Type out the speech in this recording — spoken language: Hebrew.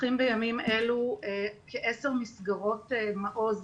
פותחים בימים אלו כעשר מסגרות מעוז,